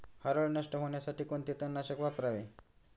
हरळ नष्ट होण्यासाठी कोणते तणनाशक वापरावे?